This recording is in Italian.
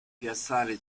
piazzale